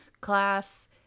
class